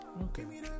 Okay